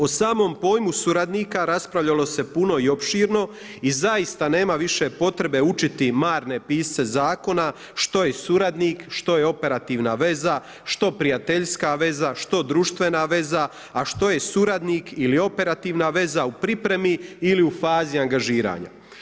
O samom pojmu suradnika raspravljalo se puno i opširno i zaista nema više potrebe učiti marne pisce zakona što je suradnik, što je operativna veza, što prijateljska veza, što društvena veza a što je suradnik ili operativna veza u pripremi ili u fazi angažiranja.